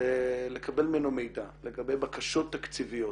ולקבל ממנו מידע לגבי בקשות תקציביות